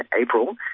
April